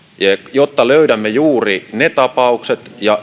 jotta löydämme juuri ne tapaukset ja